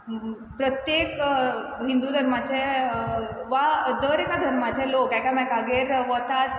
प्रत्येक हिंदू धर्माचें वा दर एका धर्माचे लोक एकामेकागेर वतात